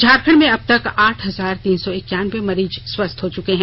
झारखंड में अब तक आठ हजार तीन सौ इकानवें मरीज स्वस्थ हो चके हैं